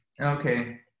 Okay